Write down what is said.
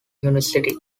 university